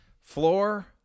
Floor